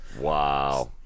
wow